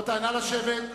נא לשבת.